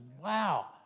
Wow